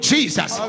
Jesus